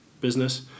business